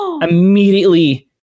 immediately